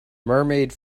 mermaid